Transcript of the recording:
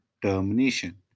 termination